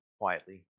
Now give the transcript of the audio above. quietly